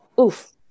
oof